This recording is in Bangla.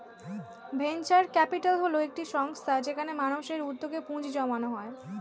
ভেঞ্চার ক্যাপিটাল হল একটি সংস্থা যেখানে মানুষের উদ্যোগে পুঁজি জমানো হয়